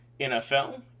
NFL